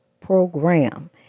program